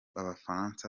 b’abafaransa